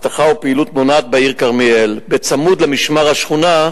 באבטחה ובפעילות מונעת בעיר כרמיאל בצמוד ל"משמר השכונה",